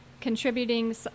contributing